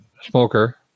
smoker